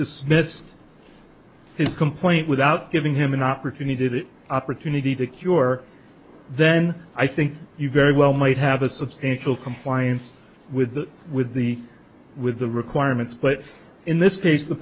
dismissed his complaint without giving him an opportunity to opportunity to cure then i think you very well might have a substantial compliance with the with the with the requirements but in this case the